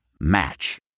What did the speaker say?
Match